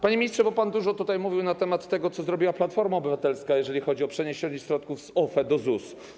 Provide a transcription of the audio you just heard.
Panie ministrze, pan dużo tutaj mówił na temat tego, co zrobiła Platforma Obywatelska, jeżeli chodzi o przeniesienie środków z OFE do ZUS.